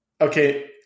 Okay